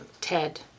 TED